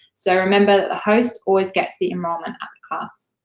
so, remember that the host always get the enrollment at us.